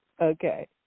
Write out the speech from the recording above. Okay